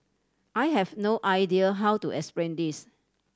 I have no idea how to explain this